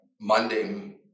Monday